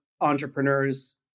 entrepreneurs